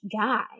guy